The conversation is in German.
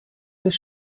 des